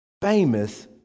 famous